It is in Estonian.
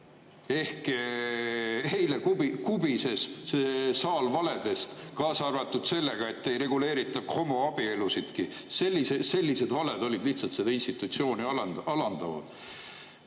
Eile kubises saal valedest, kaasa arvatud see, et ei reguleerita homoabielusid. Sellised valed on lihtsalt seda institutsiooni alandavad.